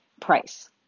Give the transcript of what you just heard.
price